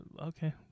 Okay